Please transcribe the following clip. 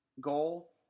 goal